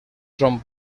son